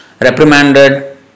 reprimanded